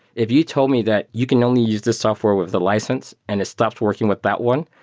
if you told me that you can only use the software with the license and it stopped working with that one,